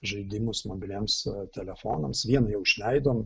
žaidimus mobiliesiems telefonams vieną jau išleidom